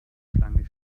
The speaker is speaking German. schlange